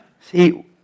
See